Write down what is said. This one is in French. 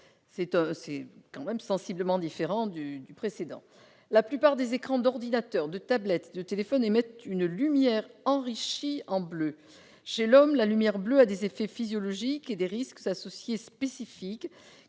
de handicap, pendant le temps scolaire. La plupart des écrans d'ordinateur, de tablette ou de téléphone émettent une lumière enrichie en bleu. Chez l'homme, la lumière bleue a des effets physiologiques et des risques associés spécifiques,